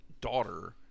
daughter